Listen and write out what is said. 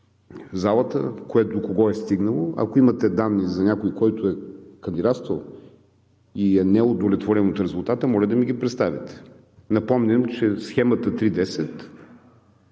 залата – кое до кого е стигнало, ако имате данни за някой, който е кандидатствал и е неудовлетворен от резултата, моля да ми го представите. Напомням, че схемата 3/10